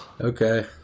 Okay